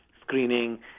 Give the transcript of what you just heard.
screening